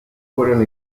fueron